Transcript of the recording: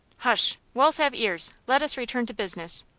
hush! walls have ears. let us return to business.